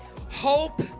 hope